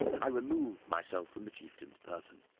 i removed myself from the chieftain's person.